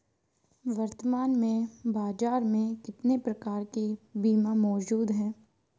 वर्तमान में बाज़ार में कितने प्रकार के बीमा मौजूद हैं?